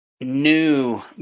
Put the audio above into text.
New